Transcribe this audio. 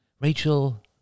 Rachel